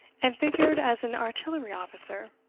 and figured as an artillery officer.